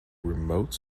remote